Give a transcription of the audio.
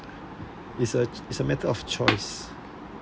it's a it's a matter of choice